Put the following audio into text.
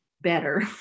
better